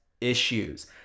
issues